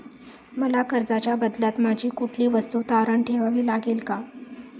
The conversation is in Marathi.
मला कर्जाच्या बदल्यात माझी कुठली वस्तू तारण ठेवावी लागेल का?